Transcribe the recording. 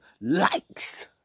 likes